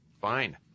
fine